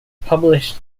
published